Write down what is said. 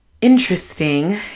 interesting